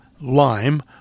lime